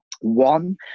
one